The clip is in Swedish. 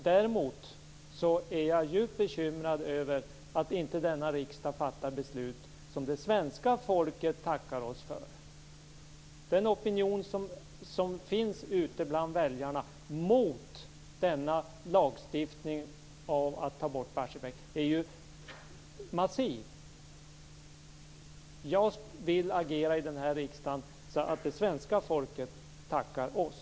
Däremot är jag djupt bekymrad över att inte denna riksdag fattar beslut som det svenska folket tackar oss för. Den opinion som finns ute bland väljarna mot denna lagstiftning om att ta bort Barsebäck är massiv. Jag vill agera i den här riksdagen så att det svenska folket tackar oss.